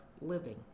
living